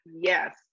yes